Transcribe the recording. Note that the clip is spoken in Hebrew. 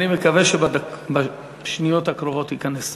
אני מקווה שבשניות הקרובות ייכנס שר.